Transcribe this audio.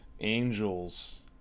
angels